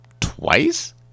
twice